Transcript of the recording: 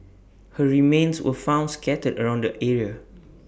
her remains were found scattered around the area